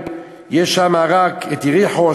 יש שם רק יריחו,